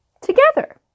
together